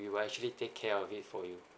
we will actually take care of it for you